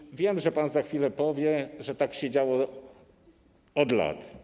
I wiem, że pan za chwilę powie, że tak się działo od lat.